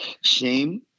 shame